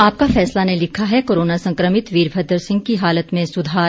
आपका फैसला ने लिखा है कोरोना संकमित वीरभद्र सिंह की हालत में सुधार